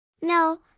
No